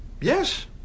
Yes